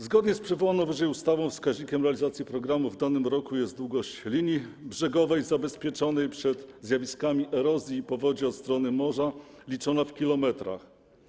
Zgodnie z przywołaną wyżej ustawą wskaźnikiem realizacji programu w danym roku jest długość linii brzegowej zabezpieczonej przed zjawiskami erozji i powodzi od strony morza liczona w kilometrach.